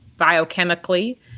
biochemically